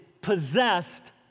possessed